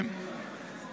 ולהסביר